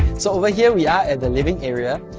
so, over here we are at the living area.